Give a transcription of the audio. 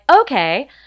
okay